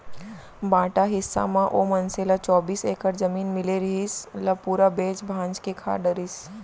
बांटा हिस्सा म ओ मनसे ल चौबीस एकड़ जमीन मिले रिहिस, ल पूरा बेंच भांज के खा डरिस